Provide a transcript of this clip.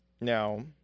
Now